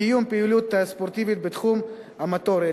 קיום פעילות ספורטיבית בתחום המוטורי,